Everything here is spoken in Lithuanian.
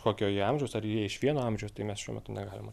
kokio jie amžiaus ar jie iš vieno amžiaus tai mes šiuo metu negalime